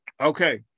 Okay